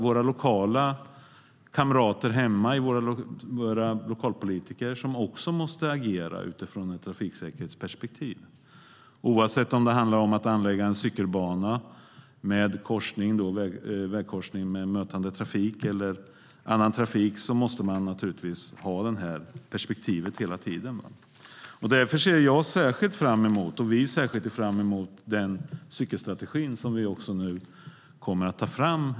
Våra kamrater hemma - lokalpolitikerna - måste också agera utifrån ett trafiksäkerhetsperspektiv. Oavsett om det handlar om att anlägga en cykelbana i en vägkorsning med mötande eller annan trafik måste man hela tiden ha ett sådant perspektiv. Därför ser vi särskilt fram emot den cykelstrategi som regeringen nu kommer att ta fram.